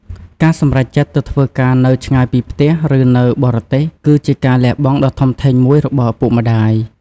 ការសម្រេចចិត្តទៅធ្វើការនៅឆ្ងាយពីផ្ទះ ឬនៅបរទេស គឺជាការលះបង់ដ៏ធំធេងមួយរបស់ឪពុកម្ដាយ។